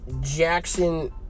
Jackson